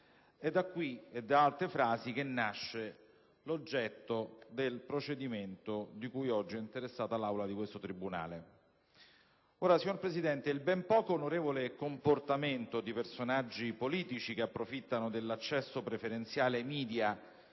È da qui e da altre frasi che nasce l'oggetto del procedimento di cui oggi è interessata l'Aula di questo tribunale. Il ben poco onorevole comportamento di personaggi politici che approfittano dell'accesso preferenziale ai